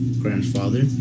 grandfather